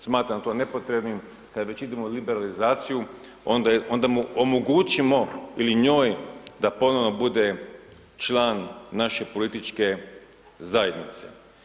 Smatram to nepotrebnim kada već idemo u liberalizaciju onda mu omogućimo ili njoj da ponovno bude član naše političke zajednice.